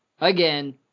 Again